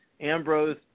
Ambrose